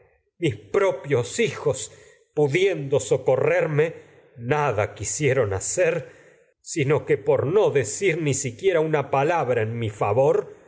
mis propios hijos socorrerme pudiendo por no nada quisieron hacer sino que decir ni siquiera una palabra de mi en mi favor